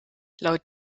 laut